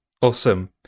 Awesome